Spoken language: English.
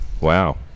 Wow